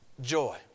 joy